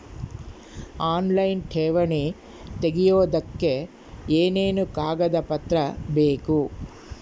Online ಠೇವಣಿ ತೆಗಿಯೋದಕ್ಕೆ ಏನೇನು ಕಾಗದಪತ್ರ ಬೇಕು?